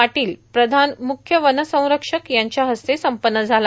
पाटील प्रधान मुख्य वनसंरक्षक यांच्या हस्ते संपन्न झाला